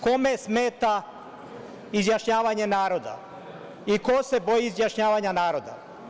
Kome smeta izjašnjavanje naroda i ko se boji izjašnjavanja naroda?